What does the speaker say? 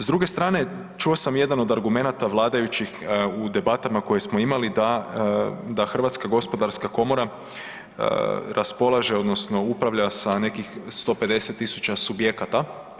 S druge strane čuo sam jedan od argumenata vladajućih u debatama koje smo imali, da Hrvatska gospodarska komora raspolaže odnosno upravlja sa nekih 150.000 subjekata.